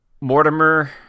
Mortimer